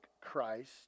Christ